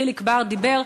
חיליק בר דיבר,